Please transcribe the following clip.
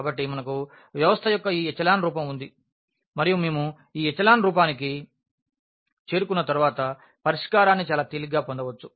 కాబట్టి మనకు వ్యవస్థ యొక్క ఈ ఎచెలాన్ రూపం ఉంది మరియు మనము ఈ ఎచెలాన్ రూపానికి చేరుకున్న తర్వాత పరిష్కారాన్ని చాలా తేలికగా పొందవచ్చు